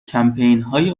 کمپینهای